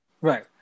Right